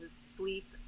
sleep